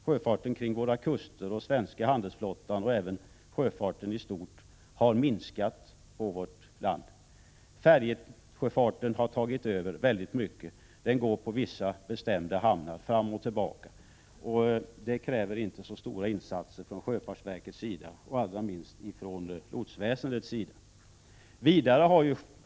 Sjöfarten vid våra kuster och den svenska handelsflottans verksamhet har minskat. Färjesjöfarten har tagit över en stor del. Den trafikerar vissa bestämda hamnar och går fram och tillbaka. Den kräver inte så stora insatser från sjöfartsverkets sida, och ännu mindre från lotsväsendets sida.